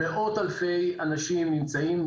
מאות אלפי אנשים נמצאים,